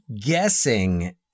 guessing –